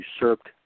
usurped